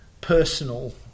personal